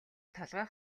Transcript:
толгой